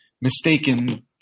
mistaken